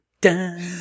dun